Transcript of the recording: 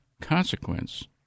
consequence